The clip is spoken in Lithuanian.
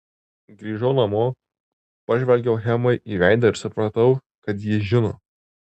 grįžau namo pažvelgiau hemai į veidą ir supratau kad ji žino